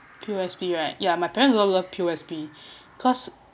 P_O_S_B right ya my parents love P_O_S_B cause